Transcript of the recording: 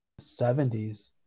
70s